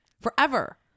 Forever